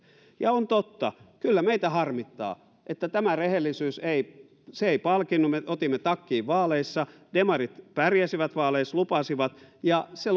ja on totta kyllä meitä harmittaa että tämä rehellisyys ei palkinnut me otimme takkiin vaaleissa demarit pärjäsivät vaaleissa lupasivat ja se